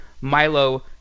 Milo